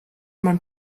man